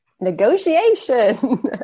Negotiation